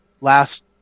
last